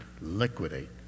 liquidate